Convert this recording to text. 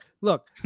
look